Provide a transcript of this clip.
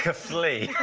ah flea.